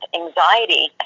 anxiety